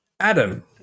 Adam